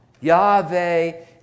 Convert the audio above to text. Yahweh